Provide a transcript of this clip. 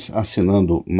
assinando